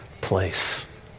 place